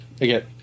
Again